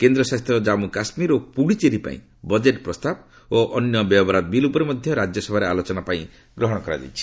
କେନ୍ଦ୍ର ଶାସିତ ଜାମ୍ମୁ କାଶ୍ମୀର ଓ ପୁଡୁଚେରୀ ପାଇଁ ବଜେଟ୍ ପ୍ରସ୍ତାବ ଓ ବ୍ୟୟବରାଦ ବିଲ୍ ଉପରେ ମଧ୍ୟ ରାଜ୍ୟ ସଭାରେ ଆଲୋଚନା ପାଇଁ ଗ୍ରହଣ କରାଯାଇଛି